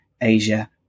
Asia